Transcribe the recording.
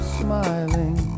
smiling